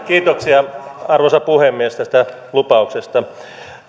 kiitoksia arvoisa puhemies tästä lupauksesta